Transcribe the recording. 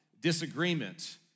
disagreement